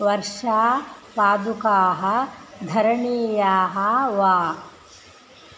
वर्षा पादुकाः धरणीयाः वा